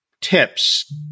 tips